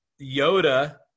Yoda